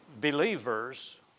believers